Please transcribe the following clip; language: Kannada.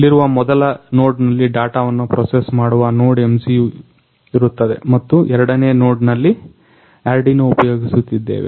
ಇಲ್ಲಿರುವ ಮೊದಲ ನೋಡ್ನಲ್ಲಿ ಡಾಟವನ್ನ ಪ್ರೊಸೆಸ್ ಮಾಡುವ NodeMCU ಇರುತ್ತದೆ ಮತ್ತು ಎರಡನೇ ನೋಡ್ನಲ್ಲಿ ಆರ್ಡಿನೊ ಉಪಯೋಗಿಸುತ್ತಿದ್ದೇವೆ